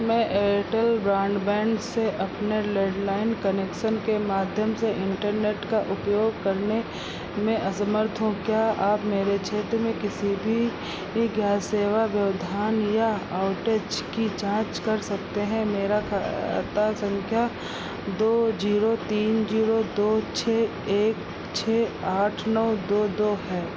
मैं Airtel broadband से अपने लैंडलाइन कनेक्सन के माध्यम से इंटरनेट का उपयोग करने में असमर्थ हूँ क्या आप मेरे क्षेत्र में किसी भी ज्ञात सेवा व्यवधान या आउटेज की जांच कर सकते हैं मेरा खाता संख्या दो जीरो तीन जीरो दो छः एक छः आठ नौ दो दो है